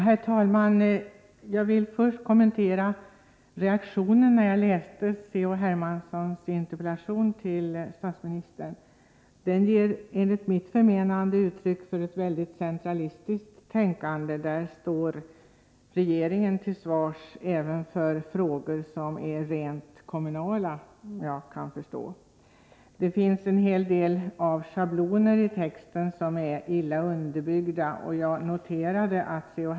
Herr talman! Jag vill först kommentera min reaktion när jag läste C.-H. Hermanssons interpellation till statsministern. Den ger enligt mitt förmenande uttryck för ett mycket centralistiskt tänkande — regeringen skall stå till svars även för frågor som är rent kommunala, såvitt jag kan förstå. Det finns en hel del schabloner i texten som är illa underbyggda, och jag noterade att C.-H.